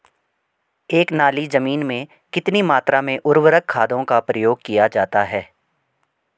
एक नाली जमीन में कितनी मात्रा में उर्वरक खादों का प्रयोग किया जाता है?